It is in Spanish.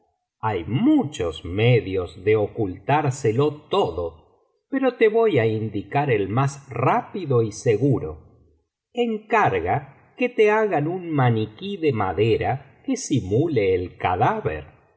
hay muchos medios de ocultárselo todo pero te voy á indicar el más rápido y seguro encarga que te hagan un maniquí de madera que simule el cadáver